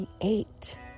create